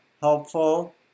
helpful